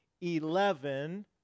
eleven